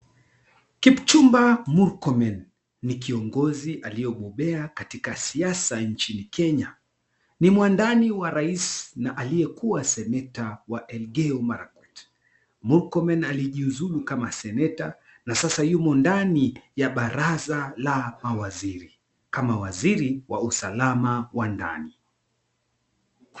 Kipchumba Murkomen ni kiongozi aliyebobea katika siasa nchini Kenya. Ni mwandani wa rais na alikuwa seneta wa Elgeyo Marakwet. Murkomen alijiuzulu kama seneta na sasa yumo ndani ya baraza la mawaziri kama waziri wa usalama wa ndani .